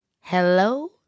Hello